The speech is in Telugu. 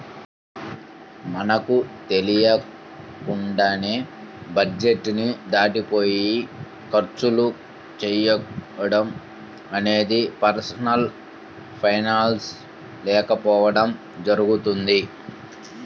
మనకు తెలియకుండానే బడ్జెట్ ని దాటిపోయి ఖర్చులు చేయడం అనేది పర్సనల్ ఫైనాన్స్ లేకపోవడం జరుగుతుంది